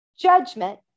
judgment